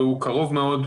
וקרובים מאוד